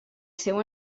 seu